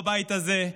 בבית הזה,